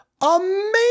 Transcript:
amazing